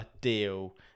deal